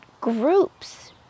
groups